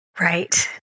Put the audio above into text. Right